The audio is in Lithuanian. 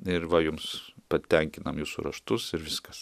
ir va jums patenkinam jūsų raštus ir viskas